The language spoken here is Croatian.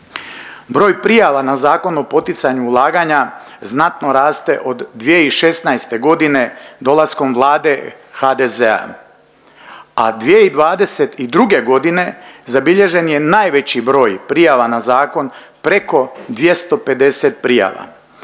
Broj prijava na Zakon o poticanju ulaganja znatno raste od 2016. godine dolaskom Vlade HDZ-a, a 2022. godine zabilježen je najveći broj prijava na zakon preko 250 prijava.